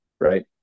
Right